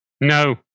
No